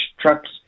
trucks